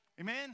Amen